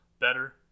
better